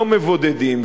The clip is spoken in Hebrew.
לא מבודדים,